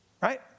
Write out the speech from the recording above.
right